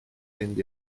mynd